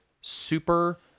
super